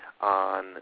on